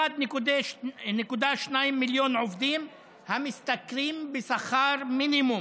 1.2 מיליון עובדים המשתכרים שכר מינימום.